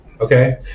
Okay